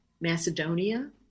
Macedonia